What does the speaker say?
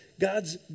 God's